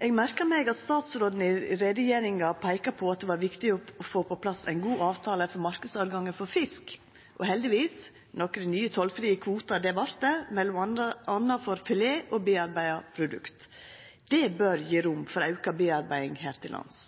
Eg merka meg at statsråden i utgreiinga peika på at det var viktig å få på plass ein god avtale for marknadstilgangen for fisk, og – heldigvis – nokre nye tollfrie kvoter vart det, m.a. for filet og bearbeidde produkt. Det bør gje rom for auka bearbeiding her til lands.